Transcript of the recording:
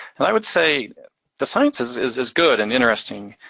and i would say the science is is as good and interesting,